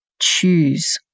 choose